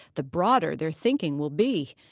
the broader their thinking will be.